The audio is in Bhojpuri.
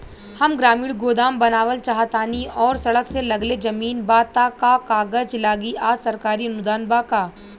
हम ग्रामीण गोदाम बनावल चाहतानी और सड़क से लगले जमीन बा त का कागज लागी आ सरकारी अनुदान बा का?